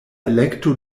elekto